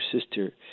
sister